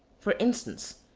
for instance,